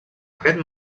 aquest